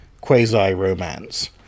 quasi-romance